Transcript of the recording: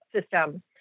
system